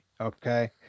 Okay